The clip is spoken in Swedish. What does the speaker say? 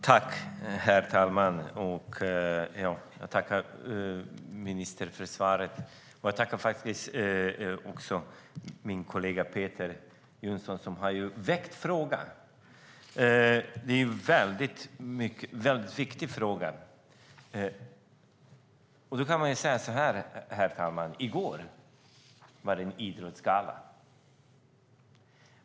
Herr talman! Jag tackar ministern för svaret. Jag tackar också min kollega Peter Johnsson, som har väckt frågan. Det är en viktig fråga. Herr talman! I går var det en idrottsgala.